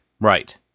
Right